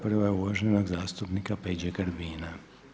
Prva je uvaženog zastupnika Peđe Grbina.